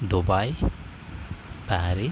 Dubai Paris